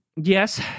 Yes